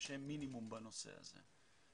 לעונשי מינימום בנושא הזה.